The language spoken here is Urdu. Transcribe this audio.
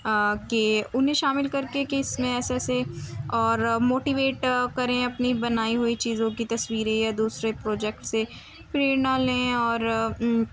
کہ انہیں شامل کر کے کہ اس میں ایسے ایسے اور موٹیویٹ کریں اپنی بنائی ہوئی چیزوں کی تصویریں یا دوسرے پروجیکٹ سے بھی نا لیں اور